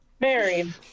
Married